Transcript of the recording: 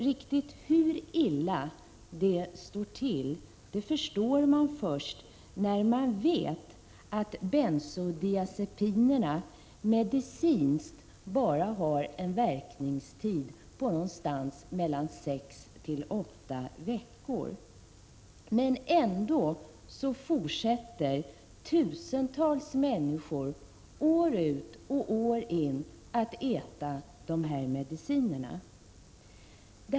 Riktigt hur illa det står till förstår man först när man vet att bensodiazepinerna medicinskt har en verkningstid på bara mellan sex och åtta veckor. Ändå fortsätter tusentals människor år ut och år in att äta de här medicinerna.